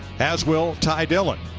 as will ty dillon